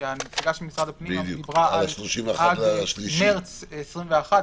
כי הנציגה של משרד הפנים דיברה עד מרץ 2021,